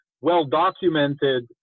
well-documented